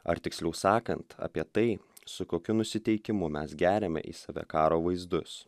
ar tiksliau sakant apie tai su kokiu nusiteikimu mes geriame į save karo vaizdus